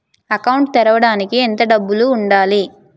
Account తెరవడానికి ఎంత డబ్బు ఉండాలి?